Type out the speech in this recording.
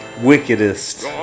Wickedest